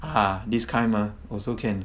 ah this kind mah also can